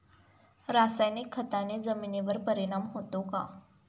रासायनिक खताने जमिनीवर परिणाम होतो का?